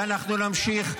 ואנחנו נמשיך,